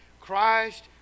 Christ